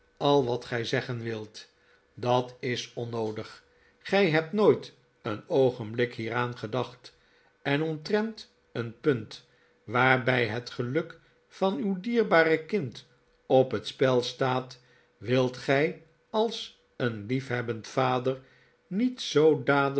al wat gij zeggen wilt dat is onnoodig gij hebt nooit een oogenblik hieraan gedacht en omtrent een punt waarbij het geluk van uw dierbare kind op het spel staat wilt gij als een liefhebbend vader niet